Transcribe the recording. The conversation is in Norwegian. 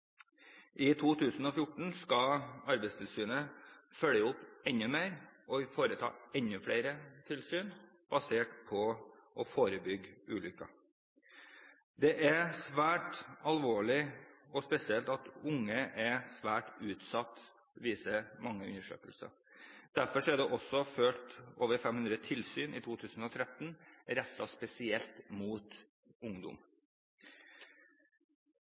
I 2014 skal Arbeidstilsynet følge opp enda mer og vil foreta enda flere tilsyn, med tanke på å forebygge ulykker. Det er svært alvorlig og spesielt at unge er svært utsatt, som mange undersøkelser viser. Derfor er det også ført over 500 tilsyn i 2013 rettet spesielt mot ungdom.